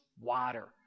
water